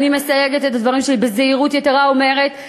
אני מסייגת את הדברים שלי ובזהירות יתרה אומרת,